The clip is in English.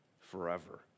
forever